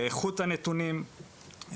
איכות הנתונים,